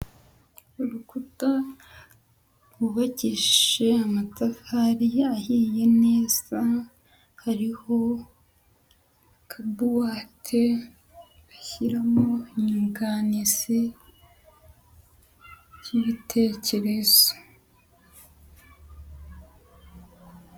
Urukuta rwubakishije amatafari ahiye neza, hariho akabuwate bashyiramo inyunganizi by'ibitekerezo.